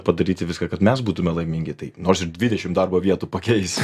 padaryti viską kad mes būtume laimingi tai nors ir dvidešim darbo vietų pakeisi